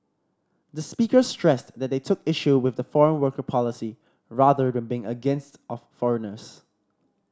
the speakers stressed that they took issue with the foreign worker policy rather than being against of foreigners